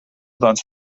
doncs